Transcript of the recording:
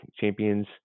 champions